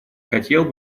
хотел